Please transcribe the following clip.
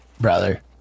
brother